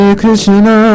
Krishna